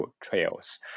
trails